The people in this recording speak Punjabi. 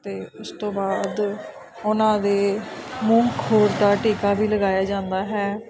ਅਤੇ ਉਸ ਤੋਂ ਬਾਅਦ ਉਹਨਾਂ ਦੇ ਮੂੰਹ ਖੋਰ ਦਾ ਟੀਕਾ ਵੀ ਲਗਾਇਆ ਜਾਂਦਾ ਹੈ